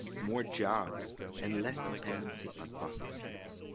more jobs and less dependency on fossil fuels.